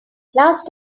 last